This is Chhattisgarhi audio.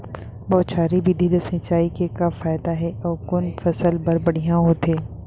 बौछारी विधि ले सिंचाई के का फायदा हे अऊ कोन फसल बर बढ़िया होथे?